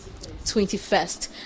21st